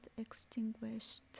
extinguished